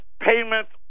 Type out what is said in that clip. payments